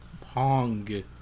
Pong